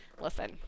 listen